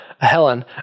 Helen